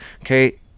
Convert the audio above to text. Okay